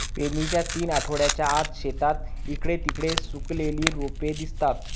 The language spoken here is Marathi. पेरणीच्या तीन आठवड्यांच्या आत, शेतात इकडे तिकडे सुकलेली रोपे दिसतात